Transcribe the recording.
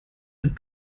ein